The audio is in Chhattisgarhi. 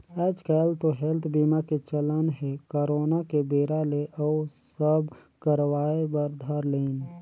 आएज काएल तो हेल्थ बीमा के चलन हे करोना के बेरा ले अउ सब करवाय बर धर लिन